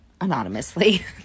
anonymously